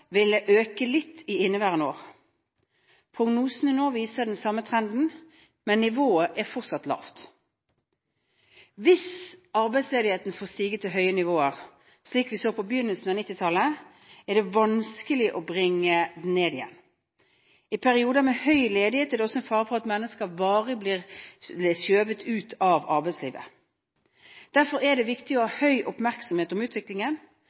ville øke litt i inneværende år. Prognosene nå viser den samme trenden, men nivået er fortsatt lavt. Hvis arbeidsledigheten får stige til høye nivåer, slik vi så på begynnelsen av 1990-tallet, er det vanskelig å bringe den ned igjen. I perioder med høy ledighet er det også en fare for at mennesker varig blir skjøvet ut av arbeidslivet. Derfor er det viktig å ha høy oppmerksomhet om utviklingen,